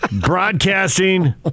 Broadcasting